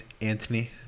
Anthony